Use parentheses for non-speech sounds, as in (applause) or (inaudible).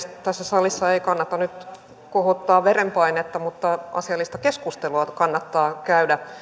(unintelligible) tässä salissa ei kannata nyt kohottaa verenpainetta mutta asiallista keskustelua kannattaa käydä